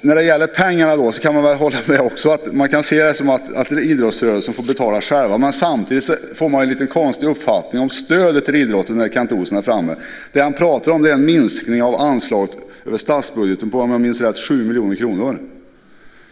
När det gäller pengarna kan jag hålla med om att det kan ses som att idrottsrörelsen själv får betala, men samtidigt får man när Kent Olsson är framme en lite konstig uppfattning om stödet till idrotten. Han pratar om en minskning av anslaget över statsbudgeten med, om jag minns rätt, 7 miljoner kronor.